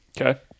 Okay